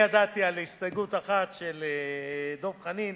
אני ידעתי על הסתייגות אחת, של דב חנין,